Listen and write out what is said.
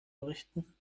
berichten